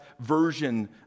version